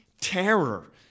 terror